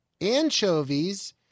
anchovies